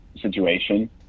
situation